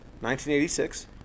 1986